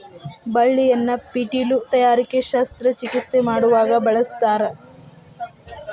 ಬಳ್ಳಿಯನ್ನ ಪೇಟಿಲು ತಯಾರಿಕೆ ಶಸ್ತ್ರ ಚಿಕಿತ್ಸೆ ಮಾಡುವಾಗ ಬಳಸ್ತಾರ